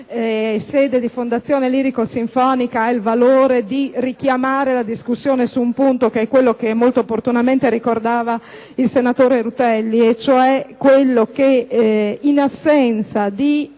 sede di fondazione lirico-sinfonica ha il valore di richiamare la discussione su un punto, che è quello che molto opportunamente ha ricordato il senatore Rutelli, e cioè che in presenza dei